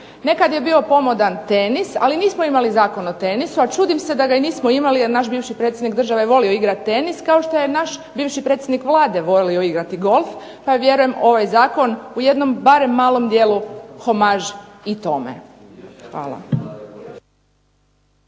Nekada je bio pomodan tenis, ali nismo imali Zakon o tenisu, a čudim se da ga nismo imali jer naš bivši predsjednik države volio igrati tenis, kao što je naš bivši predsjednik Vlade volio igrati golf, pa vjerujem da je ovaj zakon barem u jednom malom dijelu homaž i tome. Hvala.